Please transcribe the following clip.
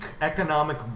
economic